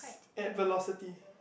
at Velocity